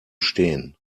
stehen